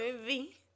movie